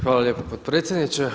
Hvala lijepa, potpredsjedniče.